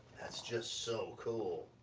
that's just so cool.